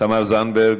תמר זנדברג,